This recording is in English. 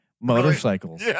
motorcycles